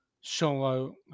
solo